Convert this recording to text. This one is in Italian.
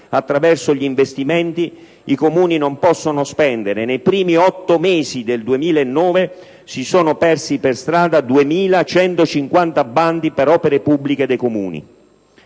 attraverso gli investimenti i Comuni non possono spendere. Nei primi otto mesi del 2009 si sono persi per strada 2.150 bandi per opere pubbliche dei Comuni.